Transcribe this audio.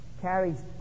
carries